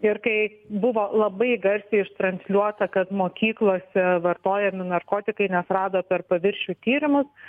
ir kai buvo labai garsiai ištransliuota kad mokyklose vartojami narkotikai nes rado per paviršių tyrimus